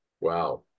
Wow